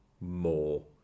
more